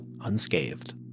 unscathed